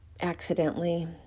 accidentally